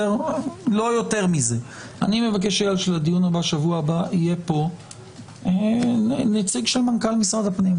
אני מבקש שלדיון בשבוע הבא יהיה פה נציג מנכ"ל משרד הפנים.